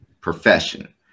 profession